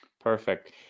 Perfect